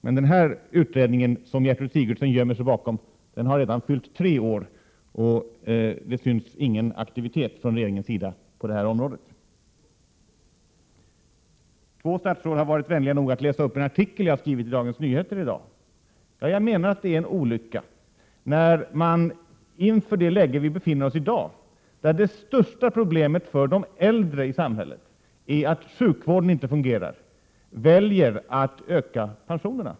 Men denna utredning, som Gertrud Sigurdsen gömmer sig bakom, har redan fyllt tre år, och det märks ingen aktivitet från regeringens sida på detta område. Två statsråd har varit vänliga nog att citera ur en artikel jag skrivit i Dagens Nyheter i dag. Ja, jag anser att det är en olycka att man i det läge som vi i dag befinner oss i, där det största problemet för de äldre i samhället är att sjukvården inte fungerar, väljer att höja pensionerna.